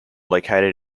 located